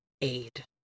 aid